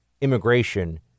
immigration